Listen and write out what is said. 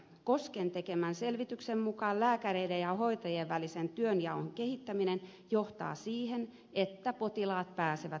kosken tekemän selvityksen mukaan lääkäreiden ja hoitajien välisen työnjaon kehittäminen johtaa siihen että potilaat pääsevät nopeammin hoitoon